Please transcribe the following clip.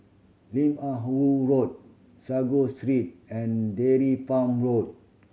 Lim Ah Woo Road Sago Street and Dairy Farm Road